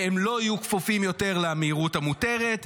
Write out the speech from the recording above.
והם לא יהיו כפופים יותר למהירות המותרת.